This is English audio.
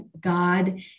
God